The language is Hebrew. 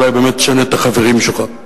אולי באמת תשנה את החברים שלך.